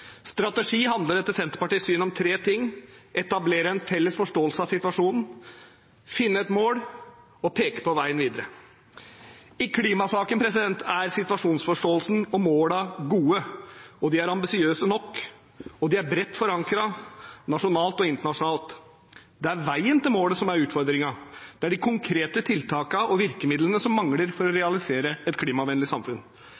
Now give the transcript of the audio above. Strategi handler etter Senterpartiets syn om tre ting: etablere en felles forståelse av situasjonen, finne et mål og peke på veien videre. I klimasaken er situasjonsforståelsen og målene gode, de er ambisiøse nok, og de er bredt forankret nasjonalt og internasjonalt. Det er veien til målet som er utfordringen. Det er de konkrete tiltakene og virkemidlene som mangler for å